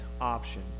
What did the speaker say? option